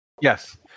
Yes